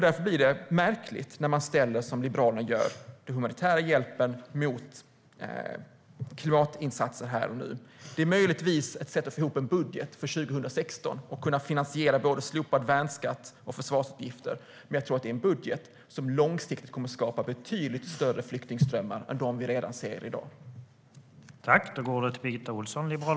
Därför blir det märkligt när man, som Liberalerna gör, ställer den humanitära hjälpen mot klimatinsatser här och nu. Det är möjligtvis ett sätt att få ihop en budget för 2016 och kunna finansiera både slopad värnskatt och försvarsutgifter. Men jag tror att det är en budget som långsiktigt kommer att skapa betydligt större flyktingströmmar än dem vi ser redan i dag.